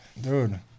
Dude